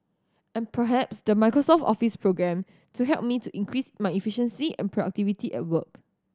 and perhaps the Microsoft Office programme to help me to increase my efficiency and productivity at work